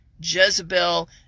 Jezebel